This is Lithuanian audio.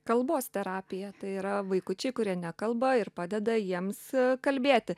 kalbos terapija tai yra vaikučiai kurie nekalba ir padeda jiems kalbėti